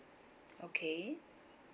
okay